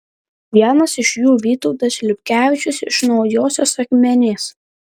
vienas iš jų vytautas liubkevičius iš naujosios akmenės